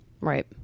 right